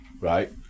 right